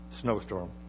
snowstorm